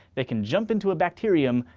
they can jump into a bacterium,